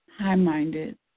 high-minded